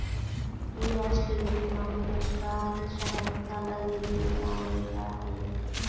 इ राष्ट्रीय बीमा बेरोजगार के सहायता लगी भी जानल जा हई